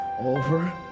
Over